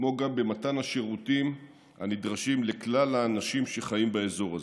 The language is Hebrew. כמו גם במתן השירותים הנדרשים לכלל האנשים שחיים באזור הזה.